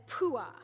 Pua